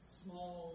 small